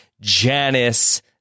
Janice